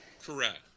Correct